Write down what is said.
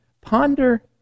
Ponder